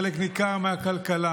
חלק ניכר מהכלכלה,